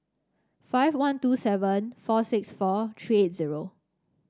five one two seven four six four three eight zero